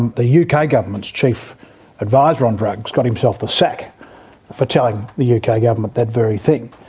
and the yeah uk ah government's chief adviser on drugs got himself the sack for telling the uk ah government that very thing.